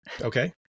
okay